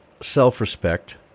self-respect